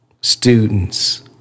students